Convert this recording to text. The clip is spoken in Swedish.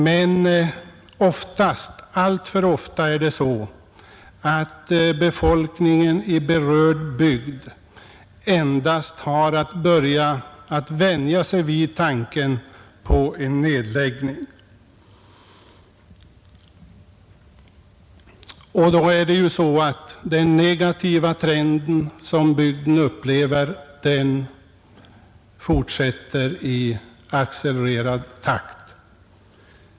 Men alltför ofta är det så att befolkningen i berörd bygd endast har att börja vänja sig vid tanken på en nedläggning. Den negativa trend som bygden upplever fortsätter då i accelererad takt.